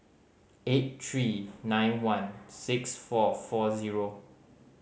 eight three nine one six four four zero